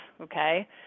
okay